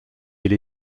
elle